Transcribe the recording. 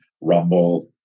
Rumble